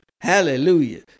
Hallelujah